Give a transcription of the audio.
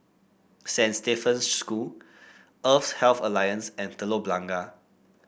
Saint Stephen's School Eastern Health Alliance and Telok Blangah